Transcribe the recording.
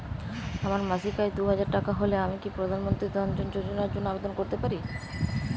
আমার মাসিক আয় দুহাজার টাকা হলে আমি কি প্রধান মন্ত্রী জন ধন যোজনার জন্য আবেদন করতে পারি?